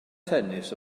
tennis